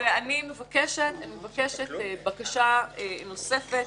מבקשת בקשה נוספת